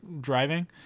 driving